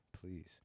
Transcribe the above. Please